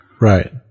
Right